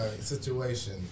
situation